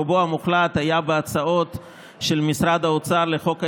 רובו המוחלט היה בהצעות של משרד האוצר לחוק ההסדרים,